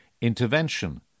intervention